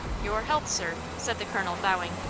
your health, sir, said the colonel, bowing.